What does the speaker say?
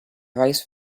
vice